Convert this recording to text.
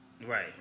Right